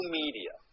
media